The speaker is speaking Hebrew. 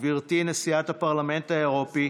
גברתי נשיאת הפרלמנט האירופי,